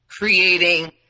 creating